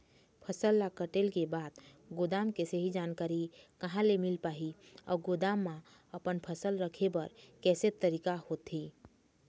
फसल ला कटेल के बाद गोदाम के सही जानकारी कहा ले मील पाही अउ गोदाम मा अपन फसल रखे बर कैसे तरीका होथे?